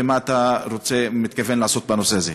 ומה אתה מתכוון לעשות בנושא הזה?